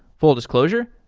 full disclosure,